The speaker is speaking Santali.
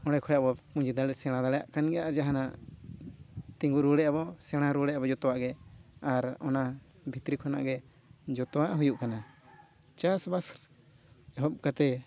ᱚᱸᱰᱮ ᱠᱷᱚᱱᱟᱜ ᱟᱵᱚ ᱯᱩᱸᱡᱤ ᱫᱟᱲᱮ ᱥᱮᱬᱟ ᱫᱟᱲᱮᱭᱟᱜ ᱠᱷᱟᱱᱜᱮ ᱟᱨ ᱡᱟᱦᱟᱱᱟᱜ ᱛᱤᱸᱜᱩ ᱨᱩᱣᱟᱹᱲᱮᱫᱼᱟᱵᱚᱱ ᱥᱮᱬᱟ ᱨᱩᱣᱟᱹᱲᱮᱫᱼᱟᱵᱚᱱ ᱡᱚᱛᱚᱣᱟᱜᱼᱜᱮ ᱟᱨ ᱚᱱᱟ ᱵᱷᱤᱛᱨᱤ ᱠᱷᱚᱱᱟᱜ ᱜᱮ ᱡᱚᱛᱚᱣᱟᱜ ᱦᱩᱭᱩᱜ ᱠᱟᱱᱟ ᱪᱟᱥᱵᱟᱥ ᱮᱦᱚᱵ ᱠᱟᱛᱮᱫ